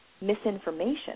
misinformation